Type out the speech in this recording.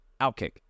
Outkick